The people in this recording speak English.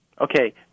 Okay